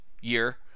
year